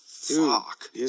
fuck